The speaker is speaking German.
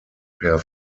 per